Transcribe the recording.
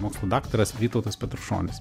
mokslų daktaras vytautas petrušonis